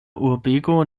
urbego